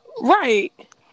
Right